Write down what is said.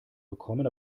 bekommen